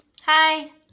Hi